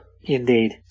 Indeed